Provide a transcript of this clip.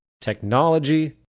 technology